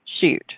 Shoot